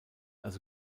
also